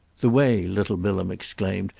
the way, little bilham exclaimed,